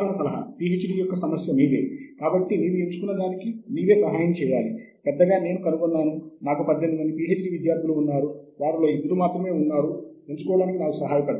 సహజంగానే మనం శోధిస్తున్న సంవత్సరం వరకు మాత్రమే రావచ్చు ఎందుకంటే భవిష్యత్తులో ప్రచురించబడే పత్రము ఈ సమయంలో మనకు